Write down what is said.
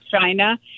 China